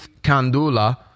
Kandula